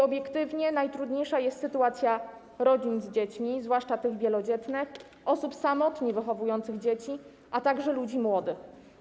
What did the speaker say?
Obiektywnie najtrudniejsza jest sytuacja rodzin z dziećmi, zwłaszcza tych wielodzietnych, osób samotnie wychowujących dzieci, a także ludzi młodych.